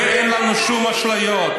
ואין לנו שום אשליות: